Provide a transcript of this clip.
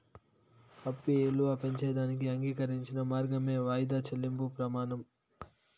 అప్పు ఇలువ పెంచేదానికి అంగీకరించిన మార్గమే వాయిదా చెల్లింపు ప్రమానం